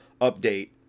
update